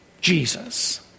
jesus